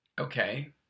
Okay